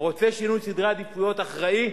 רוצה שינוי סדרי עדיפויות אחראי,